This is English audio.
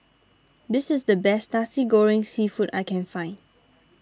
this is the best Nasi Goreng Seafood that I can find